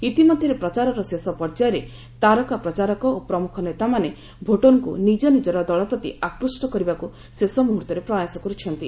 ଇତିମଧ୍ୟରେ ପ୍ରଚାରର ଶେଷ ପର୍ଯ୍ୟାୟରେ ତାରକା ପ୍ରଚାରକ ଓ ପ୍ରମୁଖ ନେତାମାନେ ଭୋଟରଙ୍କୁ ନିଜ ନିଜର ଦଳପ୍ରତି ଆକୁଷ୍ଟ କରିବାକୁ ଶେଷ ମୁହୁର୍ତରେ ପ୍ରୟାସ କର୍ତ୍ଥନ୍ତି